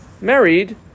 married